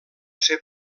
ser